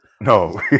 No